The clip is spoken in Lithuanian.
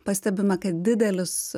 pastebime kad didelis